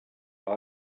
eyes